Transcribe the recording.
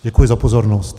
Děkuji za pozornost.